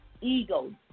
ego